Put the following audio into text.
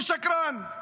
הוא שקרן.